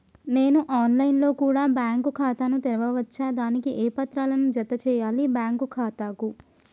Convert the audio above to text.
నేను online లో కూడా బ్యాంకు ఖాతా ను తెరవ వచ్చా? దానికి ఏ పత్రాలను జత చేయాలి బ్యాంకు ఖాతాకు?